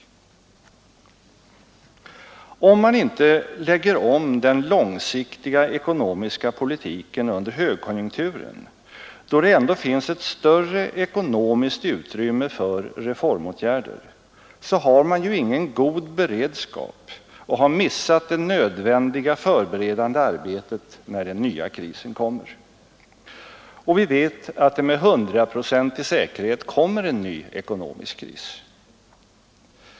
Lägger man inte om den långsiktiga ekonomiska politiken under högkonjunkturen, då det ändå finns ett större ekonomiskt utrymme för reformåtgärder, så har man ju ingen god beredskap och har missat det nödvändiga förberedande arbetet när den nya krisen kommer. Och vi vet att det med hundraprocentig säkerhet kommer en ny ekonomisk kris.